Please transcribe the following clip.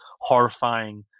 horrifying